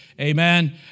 Amen